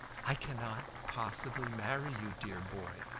i cannot possibly marry you, dear boy.